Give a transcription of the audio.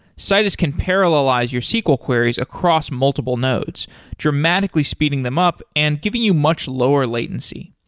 citus can parallelize your sql queries across multiple nodes dramatically speeding them up and giving you much lower latency.